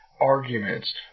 arguments